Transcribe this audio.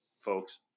folks